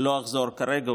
לא אחזור כרגע,